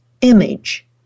image